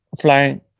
flying